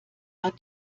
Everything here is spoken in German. hat